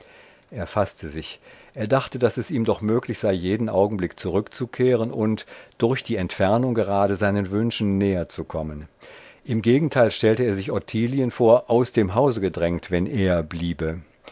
er faßte sich er dachte daß es ihm doch möglich sei jeden augenblick zurückzukehren und durch die entfernung gerade seinen wünschen näher zu kommen im gegenteil stellte er sich ottilien vor aus dem hause gedrängt wenn er bliebe